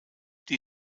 die